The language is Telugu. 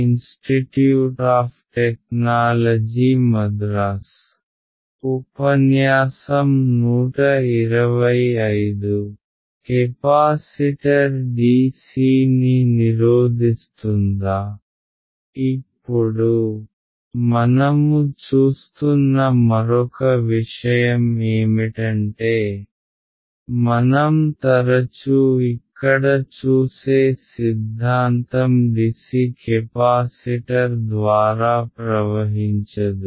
ఇప్పుడు మనము చూస్తున్న మరొక విషయం ఏమిటంటే మనం తరచూ ఇక్కడ చూసే సిద్ధాంతం డిసి కెపాసిటర్ ద్వారా ప్రవహించదు